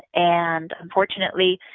and unfortunately,